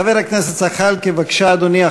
חבר הכנסת זחאלקה, בבקשה, אדוני.